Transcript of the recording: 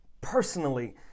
personally